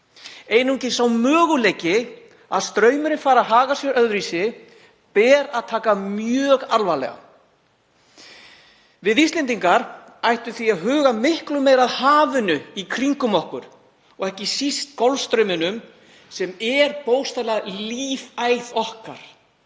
Einungis þann möguleika að straumurinn fari að haga sér öðruvísi ber að taka mjög alvarlega. Við Íslendingar ættum því að huga miklu meira að hafinu í kringum okkur og ekki síst Golfstrauminum, sem er bókstaflega lífæð okkar.